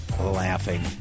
laughing